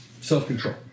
Self-control